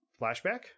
flashback